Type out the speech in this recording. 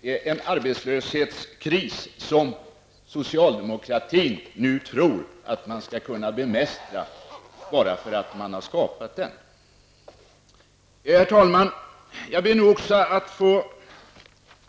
Det är en arbetslöshetskris som socialdemokraterna tror att man nu skall kunna bemästra bara för att man har skapat den. Herr talman! Jag ber också att få